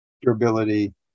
durability